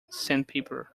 sandpaper